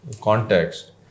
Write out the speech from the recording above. context